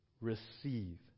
receive